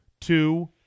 two